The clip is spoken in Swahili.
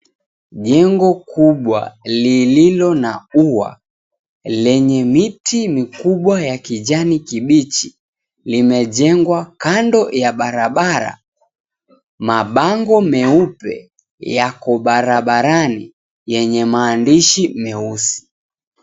Jengo kubwa lililo na ua lenye miti mikubwa ya kijani kibichi limejengwa kando ya barabara. Mabango meupe yako barabarani yenye maandishi meusi.